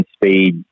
speed